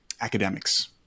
academics